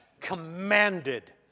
commanded